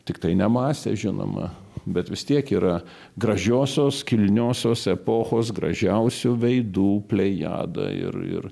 tiktai nemąstė žinoma bet vis tiek yra gražiosios kilniosios epochos gražiausių veidų plejada ir ir